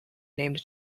named